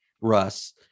Russ